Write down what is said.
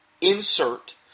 insert